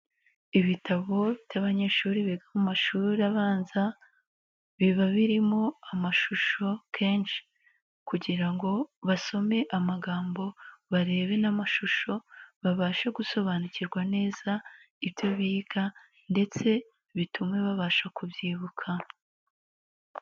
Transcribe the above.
Ibitabo by'abanyeshuri biga mu mashuri abanza, biba birimo amashusho kenshi, kugira ngo basome amagambo barebe n'amashusho, babashe gusobanukirwa neza ibyo biga, ndetse bitume babasha kubyibuka.